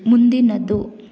ಮುಂದಿನದು